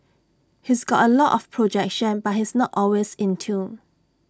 he's got A lot of projection but he's not always in tune